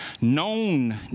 known